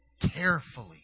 carefully